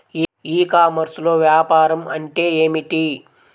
ఈ కామర్స్లో వ్యాపారం అంటే ఏమిటి?